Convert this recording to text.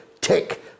tick